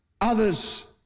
others